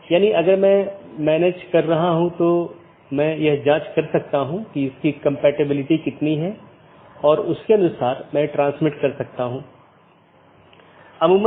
यदि इस संबंध को बनाने के दौरान AS में बड़ी संख्या में स्पीकर हैं और यदि यह गतिशील है तो इन कनेक्शनों को बनाना और तोड़ना एक बड़ी चुनौती है